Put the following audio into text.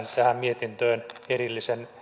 mietintöön erillisen